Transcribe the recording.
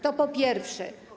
To po pierwsze.